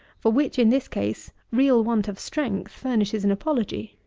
for which, in this case, real want of strength furnishes an apology.